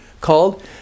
called